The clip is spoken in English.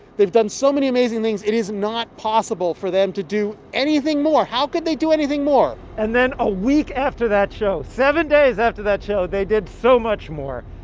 they've done so many amazing things. it is not possible for them to do anything more. how can they do anything more? and then a week after that show seven days after that show they did so much more.